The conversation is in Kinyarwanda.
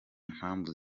mpamvu